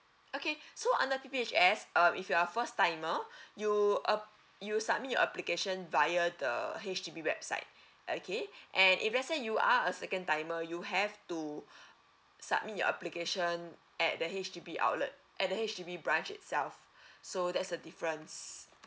okay so under P P H S um if you are first timer you uh you submit your application via the H_D_B website okay and if let's say you are a second timer you have to submit your application at the H_D_B outlet at the H_D_B branch itself so there's a difference